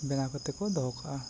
ᱵᱮᱱᱟᱣ ᱠᱟᱛᱮ ᱠᱚ ᱫᱚᱦᱚ ᱠᱟᱜᱼᱟ